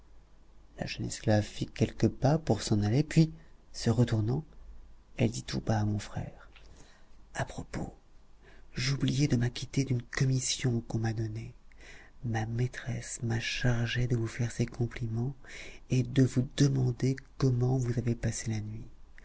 la jeune esclave fit quelques pas pour s'en aller puis se retournant elle dit tout bas à mon frère à propos j'oubliais de m'acquitter d'une commission qu'on m'a donnée ma maîtresse m'a chargée de vous faire ses compliments et de vous demander comment vous avez passé la nuit